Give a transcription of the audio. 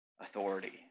authority